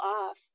off